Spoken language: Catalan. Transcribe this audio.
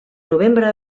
novembre